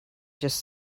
just